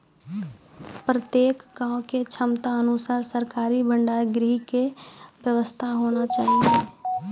प्रत्येक गाँव के क्षमता अनुसार सरकारी भंडार गृह के व्यवस्था होना चाहिए?